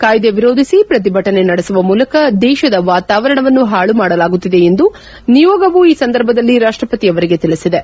ಕಾಯ್ದೆ ವಿರೋಧಿಸಿ ಪ್ರತಿಭಟನೆ ನಡೆಸುವ ಮೂಲಕ ದೇಶದ ವಾತಾವರಣವನ್ನು ಹಾಳು ಮಾಡಲಾಗುತ್ತಿದೆ ಎಂದು ನಿಯೋಗವು ಈ ಸಂದರ್ಭದಲ್ಲಿ ರಾಷ್ಟಪತಿ ಅವರಿಗೆ ತಿಳಿಸಿದೆ